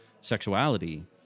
sexuality